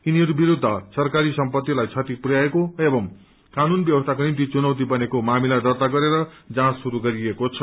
यिनीहरू विरूद्ध सरकारी सम्पतिलाई क्षति पुरयाइएको एवं कानून व्यवस्थाको निम्ति चुनौति बनेको मामिला दत्य गरेर जाँच शुरू गरिएको छ